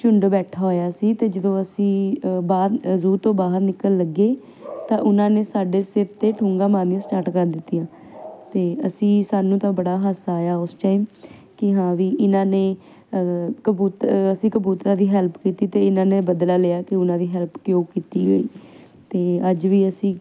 ਝੁੰਡ ਬੈਠਾ ਹੋਇਆ ਸੀ ਅਤੇ ਜਦੋਂ ਅਸੀਂ ਬਾਅਦ ਜ਼ੂ ਤੋਂ ਬਾਹਰ ਨਿਕਲਣ ਲੱਗੇ ਤਾਂ ਉਹਨਾਂ ਨੇ ਸਾਡੇ ਸਿਰ 'ਤੇ ਠੂੰਗਾਂ ਮਾਰਨੀਆਂ ਸਟਾਰਟ ਕਰ ਦਿੱਤੀਆਂ ਅਤੇ ਅਸੀਂ ਸਾਨੂੰ ਤਾਂ ਬੜਾ ਹਾਸਾ ਆਇਆ ਉਸ ਟਾਈਮ ਕਿ ਹਾਂ ਵੀ ਇਹਨਾਂ ਨੇ ਕਬੂਤਰ ਅਸੀਂ ਕਬੂਤਰਾਂ ਦੀ ਹੈਲਪ ਕੀਤੀ ਤਾਂ ਇਹਨਾਂ ਨੇ ਬਦਲਾ ਲਿਆ ਕਿ ਉਹਨਾਂ ਦੀ ਹੈਲਪ ਕਿਉਂ ਕੀਤੀ ਹੋਈ ਅਤੇ ਅੱਜ ਵੀ ਅਸੀਂ